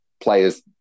player's